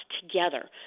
together